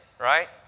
right